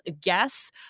guess